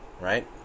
right